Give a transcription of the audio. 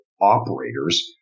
operators